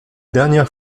dernière